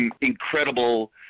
incredible